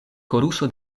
koruso